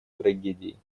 трагедией